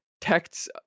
texts